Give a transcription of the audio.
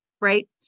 Right